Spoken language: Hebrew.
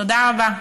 תודה רבה.